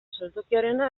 saltokiarena